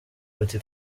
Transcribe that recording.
bati